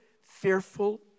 fearful